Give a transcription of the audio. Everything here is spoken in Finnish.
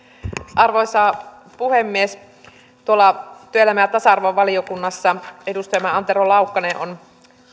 arvoisa puhemies työelämä ja tasa arvovaliokunnassa edustajamme antero laukkanen on